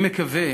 אני מקווה